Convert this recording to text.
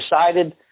decided